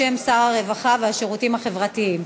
בשם שר הרווחה והשירותים החברתיים.